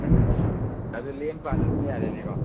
ꯎꯝ ꯑꯗꯨ ꯂꯦꯝꯄꯥꯅ ꯑꯗꯨꯝ ꯌꯥꯔꯦꯅꯦꯀꯣ